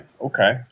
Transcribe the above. Okay